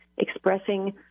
expressing